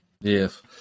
Yes